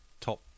top